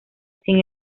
sin